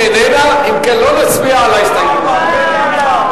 משרד ראש הממשלה (תוכנית פיתוח יישובי,